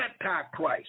Antichrist